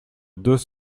deux